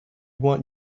want